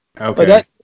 Okay